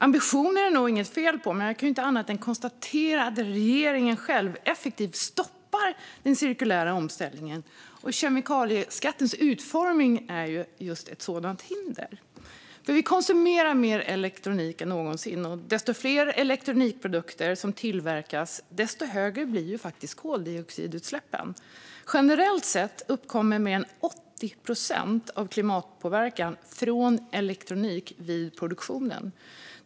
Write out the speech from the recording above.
Ambitionen är det nog inget fel på, men jag kan inte annat än konstatera att regeringen själv effektivt stoppar omställningen. Kemikalieskattens utformning är just ett sådant hinder. Vi konsumerar mer elektronik än någonsin, och desto fler elektronikprodukter som tillverkas, desto högre blir koldioxidutsläppen. Generellt sett uppkommer mer än 80 procent av klimatpåverkan från elektronikproduktion.